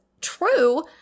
true